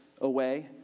away